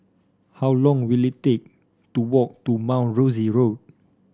how long will it take to walk to Mount Rosie Road